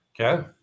Okay